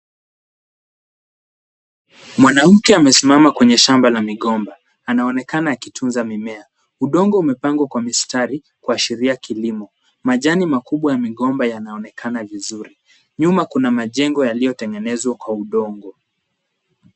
Mwanamke amesimama kwenye shamba la migomba. Anaonekana akitunza mimea. Udongo umepangwa kwa mistari kuashiria kilimo. Majani makubwa ya migomba yanaonekana vizuri. Nyuma kuna majengo yaliyotengenezwa kwa udongo.